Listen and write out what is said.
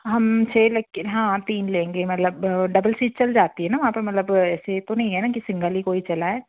हम छः लेकिन हाँ तीन लेंगे मतलब डबल सीट चल जाती है ना वहाँ पर मतलब ऐसे तो नहीं हैं ना कि सिंगल ही कोई चलाए